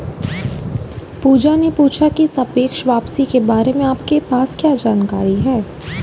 पूजा ने पूछा की सापेक्ष वापसी के बारे में आपके पास क्या जानकारी है?